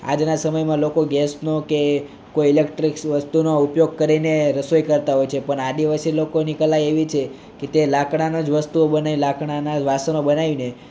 આજના સમયમાં લોકો ગેસનો કે કોઈ ઈલેકટ્રીક્સ વસ્તુનો ઉપયોગ કરીને રસોઈ કરતા હોય છે પણ આદિવાસી લોકોની કલા એવી છે કે તે લાકડાનાં જ વસ્તુઓ બને લાકડાનાં જ વાસણો બનાવીને